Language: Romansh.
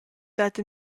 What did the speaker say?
dat